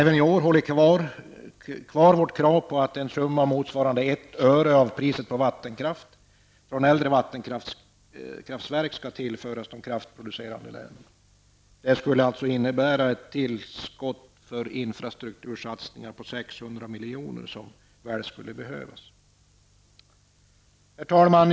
Vi vidhåller i år vårt krav på att en summa motsvarande 1 öre av priset på vattenkraft från äldre vattenkraft skall återföras till kraftproducerande länen. Det skulle innebära ett tillskott för infrastruktursatsningar på 600 milj.kr., något som mycket väl skulle behövas.